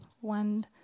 one